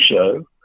show